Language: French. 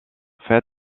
fait